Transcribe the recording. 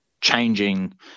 changing